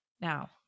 Now